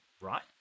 right